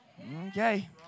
Okay